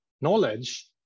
knowledge